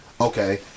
Okay